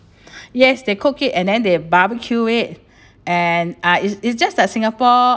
yes they cook it and then they barbecue it and ah it's it's just like singapore